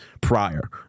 prior